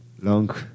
long